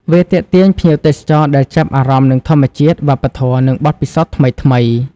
វាទាក់ទាញភ្ញៀវទេសចរដែលចាប់អារម្មណ៍នឹងធម្មជាតិ វប្បធម៌ និងបទពិសោធន៍ថ្មីៗ។